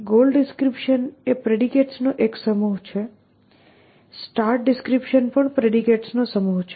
goal description એ પ્રેડિકેટ્સનો એક સમૂહ છે સ્ટાર્ટ ડિસ્ક્રિપ્શન પણ પ્રેડિકેટ્સનો સમૂહ છે